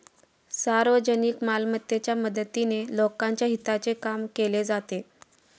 सार्वजनिक मालमत्तेच्या मदतीने लोकांच्या हिताचे काम केले जाते